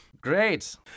Great